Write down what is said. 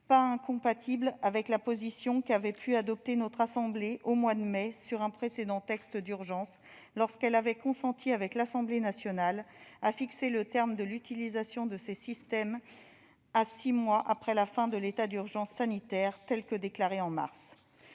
incompatible avec la position que notre assemblée avait pu adopter au mois de mai sur un précédent texte d'urgence, lorsqu'elle avait consenti, avec l'Assemblée nationale, à fixer le terme de l'utilisation de ces systèmes à six mois après la fin de l'état d'urgence sanitaire, tel que déclaré en mars.